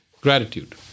Gratitude